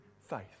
faith